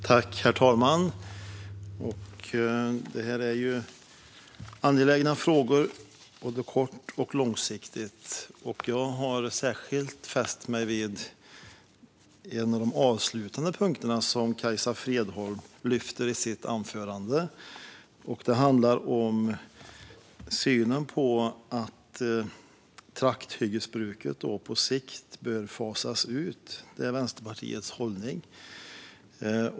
Herr talman! Detta är angelägna frågor både kort och långsiktigt. Jag har särskilt fäst mig vid en av de avslutande punkterna i Kajsa Fredholms anförande. Det handlar om uppfattningen att trakthyggesbruket på sikt bör fasas ut. Det är Vänsterpartiets hållning.